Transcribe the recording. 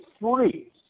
free